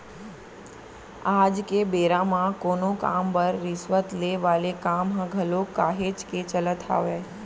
आज के बेरा म कोनो काम बर रिस्वत ले वाले काम ह घलोक काहेच के चलत हावय